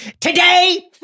Today